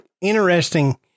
interesting